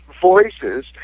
voices